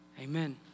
Amen